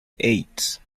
eight